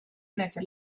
enese